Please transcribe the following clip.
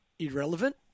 Irrelevant